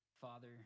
Father